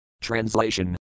Translation